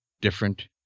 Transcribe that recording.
different